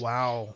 Wow